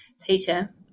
teacher